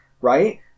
Right